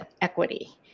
equity